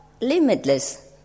limitless